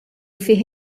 fih